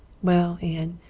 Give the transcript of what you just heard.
well, anne,